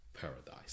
paradise